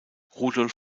rudolf